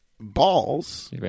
balls